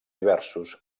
diversos